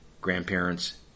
grandparents